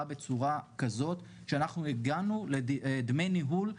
גם כמו שיש חוק בנק ישראל,